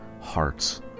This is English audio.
hearts